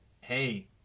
hey